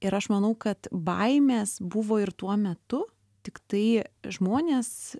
ir aš manau kad baimės buvo ir tuo metu tiktai žmonės